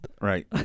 Right